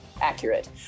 accurate